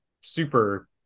super